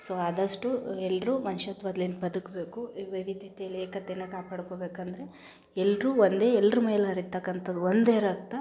so ಆದಷ್ಟು ಎಲ್ಲರೂ ಮನ್ಷತ್ವದಿಂದ ಬದುಕಬೇಕು ವಿವಿಧತೆಯಲ್ಲಿ ಏಕತೆನ ಕಾಪಾಡ್ಕೋಬೇಕಂದರೆ ಎಲ್ಲರೂ ಒಂದೇ ಎಲ್ರ ಮೈಲೂ ಹರಿತಕ್ಕಂಥದ್ದು ಒಂದೇ ರಕ್ತ